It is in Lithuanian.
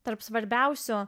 tarp svarbiausių